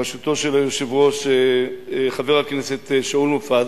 בראשותו של היושב-ראש חבר הכנסת שאול מופז,